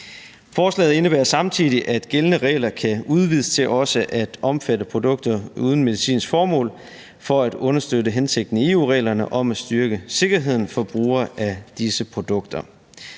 Forslaget indebærer samtidig, at gældende regler kan udvides til også at omfatte produkter uden medicinsk formål for at understøtte hensigten i EU-reglerne om at styrke sikkerheden for brugere af disse produkter.